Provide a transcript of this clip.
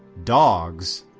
dogs,